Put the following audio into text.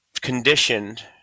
conditioned